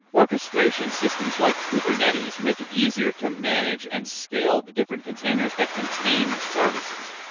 orchestration systems like kubernetes make it easier to manage and scale the different containers that contain services.